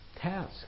task